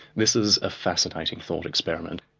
this is a fascinating thought experiment.